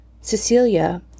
Cecilia